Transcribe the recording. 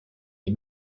les